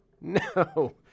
no